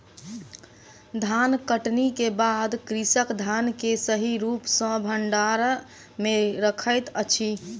धानकटनी के बाद कृषक धान के सही रूप सॅ भंडार में रखैत अछि